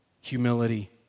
Humility